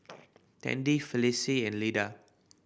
Tandy Felicie and Lida